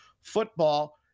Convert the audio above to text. football